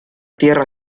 tierra